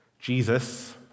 Jesus